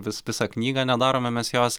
vis visą knygą nedarome mes jos